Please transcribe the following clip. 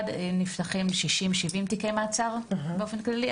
בחודש אחד נפתחים 60-70 תיקי מעצר באופן כללי,